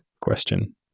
question